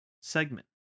segment